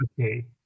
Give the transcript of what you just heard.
Okay